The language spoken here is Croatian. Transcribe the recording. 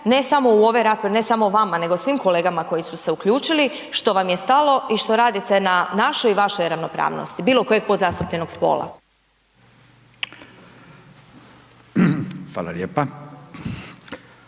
ne samo u ove rasprave, ne samo vama nego i svim kolegama koji su se uključili, što vam je stalo i što radite na našoj i vašoj ravnopravnosti bilokojeg podzastupljenog spola. **Radin,